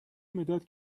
مداد